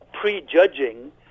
prejudging